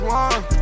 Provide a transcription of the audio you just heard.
one